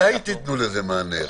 מתי תתנו לזה מענה?